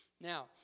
Now